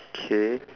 K